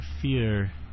fear